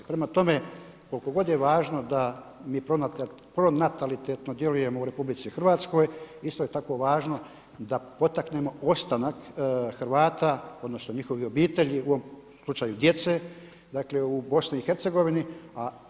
Prema tome koliko god je važno da mi pronatalitetno djelujemo u RH isto je tako važno da potaknemo ostanak Hrvata odnosno njihovih obitelji, u ovom slučaju djece dakle u BiH-a.